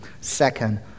Second